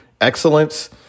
excellence